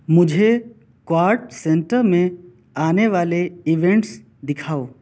مجھے quad centre میں آنے والے ایونٹس دکھاؤ